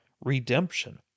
redemption